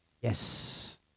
Yes